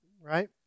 right